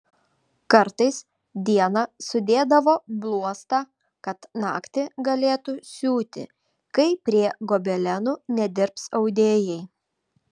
kartais dieną sudėdavo bluostą kad naktį galėtų siūti kai prie gobelenų nedirbs audėjai